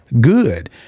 good